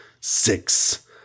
SIX